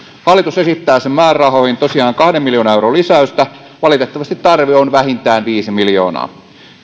hallitus esittää sen määrärahoihin tosiaan kahden miljoonan euron lisäystä valitettavasti tarve on vähintään viisi miljoonaa